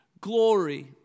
glory